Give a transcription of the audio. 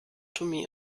tomé